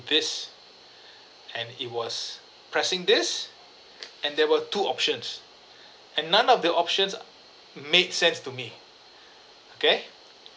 this and it was pressing this and there were two options and none of the options are make sense to me okay